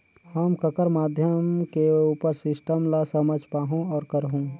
हम ककर माध्यम से उपर सिस्टम ला समझ पाहुं और करहूं?